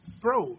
bro